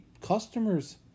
customers